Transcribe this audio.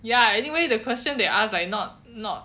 ya anyway the question they ask like not not